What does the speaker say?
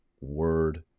word